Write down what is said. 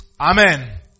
Amen